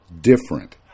different